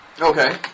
Okay